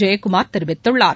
ஜெயக்குமார் தெரிவித்துள்ளார்